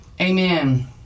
Amen